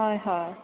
হয় হয়